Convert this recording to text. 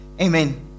Amen